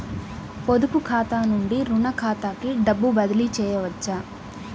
పొదుపు ఖాతా నుండీ, రుణ ఖాతాకి డబ్బు బదిలీ చేయవచ్చా?